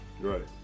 Right